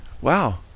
Wow